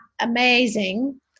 amazing